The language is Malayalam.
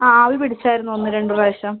ആവി പിടിച്ചായിരുന്നു ഒന്ന് രണ്ട് പ്രാവശ്യം